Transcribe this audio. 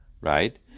Right